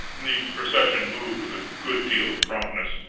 the procession moved with a good deal of promptness.